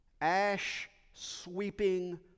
ash-sweeping